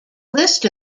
list